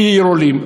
היא עיר עולים.